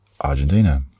Argentina